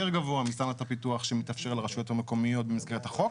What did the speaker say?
גבוה שמתאפשר לרשויות המקומיות במסגרת החוק.